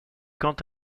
quant